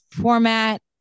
format